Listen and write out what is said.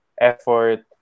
effort